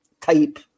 type